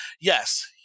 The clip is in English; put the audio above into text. Yes